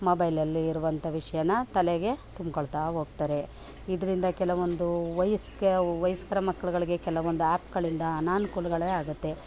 ಮೊಬೈಲಲ್ಲಿ ಇರುವಂಥ ವಿಷಯನ ತಲೆಗೆ ತುಂಬಿಕೊಳ್ತಾ ಹೋಗ್ತಾರೆ ಇದರಿಂದ ಕೆಲವೊಂದು ವಯಸ್ಕ ವಯಸ್ಕರ ಮಕ್ಳುಗಳಿಗೆ ಕೆಲವೊಂದು ಆ್ಯಪ್ಗಳಿಂದ ಅನಾನುಕೂಲಗಳೇ ಆಗುತ್ತೆ